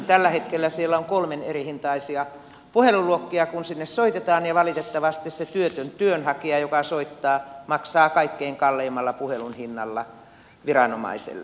tällä hetkellä siellä on kolmen eri hinnan puheluluokkia kun sinne soitetaan ja valitettavasti se työtön työnhakija joka soittaa maksaa kaikkein kalleimmalla puhelunhinnalla viranomaiselle